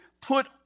put